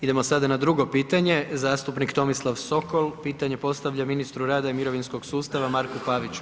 Idemo sada na drugo pitanje zastupnik Tomislav Sokol, pitanje postavlja ministru rada i mirovinskog sustava Marku Paviću.